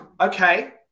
okay